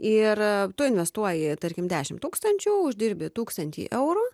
ir tu investuoji tarkim dešim tūkstančių uždirbi tūkstantį eurų